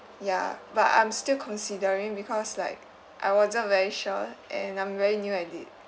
ya but I'm still considering because like I wasn't very sure and I'm very new at it